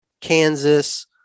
Kansas